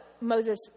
Moses